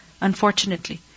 Unfortunately